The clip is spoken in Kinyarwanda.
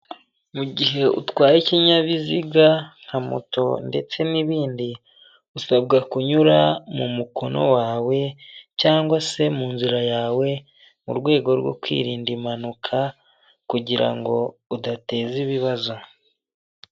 Mu gihe utwaye ikinyabiziga nka moto ndetse n'ibindi. Usabwa kunyura mu mukono wawe cyangwa se mu nzira yawe, mu rwego rwo kwirinda impanuka kugirango udateza ibibazo.